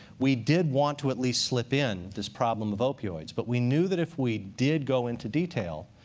we did want to at least slip in this problem of opioids, but we knew that if we did go into detail,